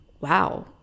wow